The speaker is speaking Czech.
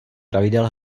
pravidel